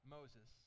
Moses